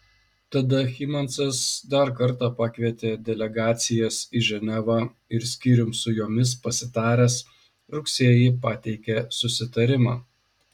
tada hymansas dar kartą pakvietė delegacijas į ženevą ir skyrium su jomis pasitaręs rugsėjį pateikė susitarimą